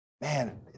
Man